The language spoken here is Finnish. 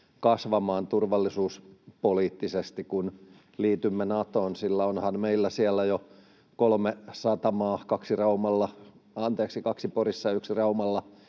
kasvamaan turvallisuuspoliittisesti, kun liitymme Natoon, sillä onhan meillä siellä jo kolme satamaa, kaksi Porissa ja yksi Raumalla,